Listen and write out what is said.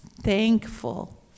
thankful